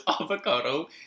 avocado